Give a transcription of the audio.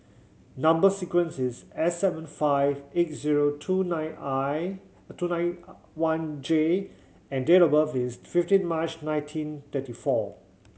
number sequence is S seven five eight zero two nine one J and date of birth is fifteen March nineteen thirty four